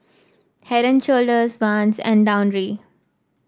Head And Shoulders Vans and Downy